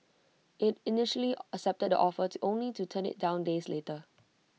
IT initially accepted the offer to only to turn IT down days later